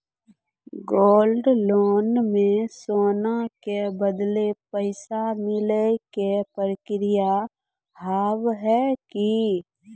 Gold loan मे सोना के बदले पैसा मिले के प्रक्रिया हाव है की?